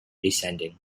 descending